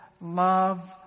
love